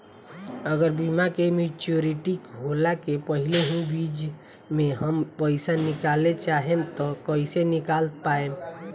अगर बीमा के मेचूरिटि होला के पहिले ही बीच मे हम पईसा निकाले चाहेम त कइसे निकाल पायेम?